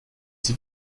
sie